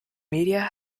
media